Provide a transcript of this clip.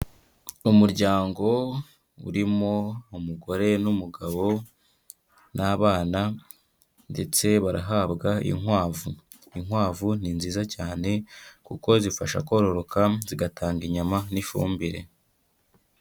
Umuryango urimo umugore n'umugabo n'abana ndetse barahabwa inkwavu, inkwavu ni nziza cyane kuko zifasha kororoka zigatanga inyama n'ifumbire.